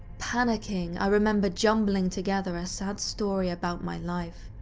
panicking, i remember jumbling together a sad story about my life.